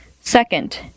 Second